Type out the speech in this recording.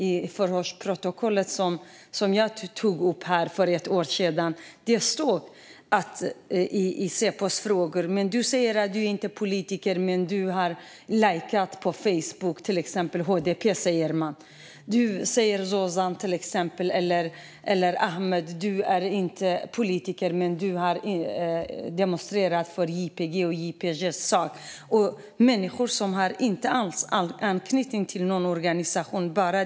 I förhörsprotokollet som jag tog upp här för ett år sedan står det i Säpos frågor sådant som att du säger att du inte är politiker, Zozan - eller Ahmed - men du har lajkat HDP på Facebook och du har demonstrerat för YPG/YPJ:s sak. Det är människor som inte alls har anknytning till någon organisation.